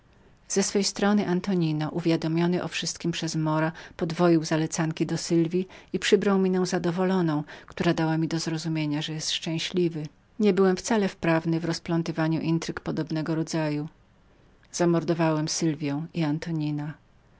z swojej strony antonino uwiadomiony o wszystkiem przez mora podwoił zalecania przy sylwji i przybrał postać zadowolnioną która dała mi do zrozumienia że był szczęśliwym nie byłem wcale wprawnym w odkrywanie podstępów podobnego rodzaju zamordowałem sylwią i antonina